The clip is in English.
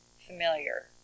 familiar